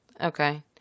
Okay